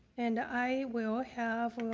and i will have